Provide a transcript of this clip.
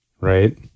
Right